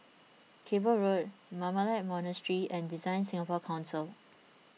Cable Road Carmelite Monastery and Design Singapore Council